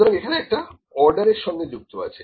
সুতরাং এখানে একটা অর্ডার এর সঙ্গে যুক্ত আছে